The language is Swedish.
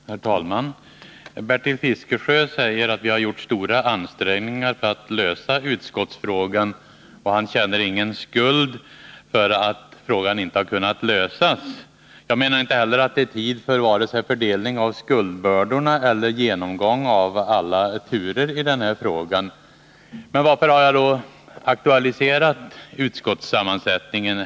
Herr talman! Bertil Fiskesjö säger: Vi har gjort stora ansträngningar för att lösa utskottsfrågan. Han känner ingen skuld därför att den inte har kunnat lösas. Jag menar inte heller att det här är tid för vare sig fördelning av skuldbördorna eller genomgång av alla turer i den här frågan. Men varför har jag då i dag aktualiserat utskottssammansättningen?